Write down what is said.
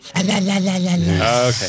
Okay